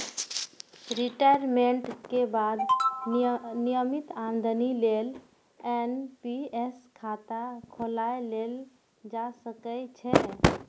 retirement के बाद नियमित आमदनी लेल एन.पी.एस खाता खोलाएल जा सकै छै